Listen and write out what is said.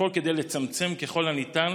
הכול כדי לצמצם ככל הניתן